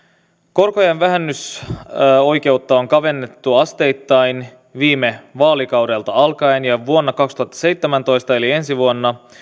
korkojen vähennysoikeutta on kavennettu asteittain viime vaalikaudelta alkaen ja vuonna kaksituhattaseitsemäntoista eli ensi vuonna